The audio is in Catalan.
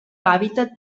hàbitat